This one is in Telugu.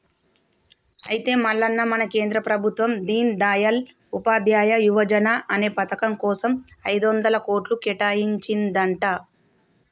అయితే మల్లన్న మన కేంద్ర ప్రభుత్వం దీన్ దయాల్ ఉపాధ్యాయ యువజన అనే పథకం కోసం ఐదొందల కోట్లు కేటాయించిందంట